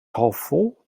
halfvol